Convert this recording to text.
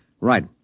Right